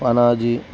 Panaji